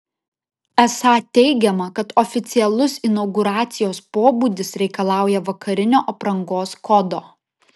esą teigiama kad oficialus inauguracijos pobūdis reikalauja vakarinio aprangos kodo